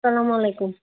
السلامُ علیکُم